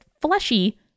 fleshy